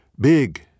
big